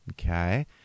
Okay